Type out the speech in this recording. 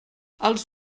els